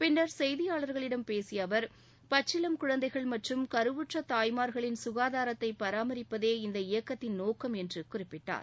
பின்னர் செய்தியாளர்களிடம் பேசிய அவர் பச்சிளம் குழந்தைகள் மற்றும் கருவூற்ற தாய்மார்களின் சுனதாரத்தை பராமரிப்பதே இந்த இயக்கத்தின் நோக்கம் என்று குறிப்பிட்டார்